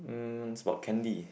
mm it's about candy